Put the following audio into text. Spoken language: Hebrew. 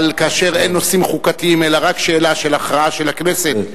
אבל כאשר אין נושאים חוקתיים אלא רק שאלה של הכרעה של הכנסת,